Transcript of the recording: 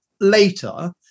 later